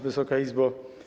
Wysoka Izbo!